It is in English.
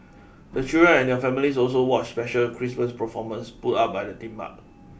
the children and their families also watched special Christmas performance put up by the theme park